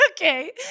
Okay